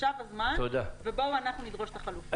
עכשיו הזמן ובואו אנחנו נדרוש את החלופות.